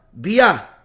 Bia